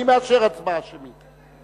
אני מאשר הצבעה שמית,